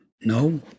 No